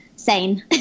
sane